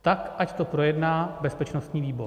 Tak ať to projedná bezpečnostní výbor.